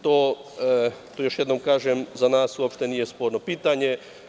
To još jednom kažem za nas uopšte nije sporno pitanje.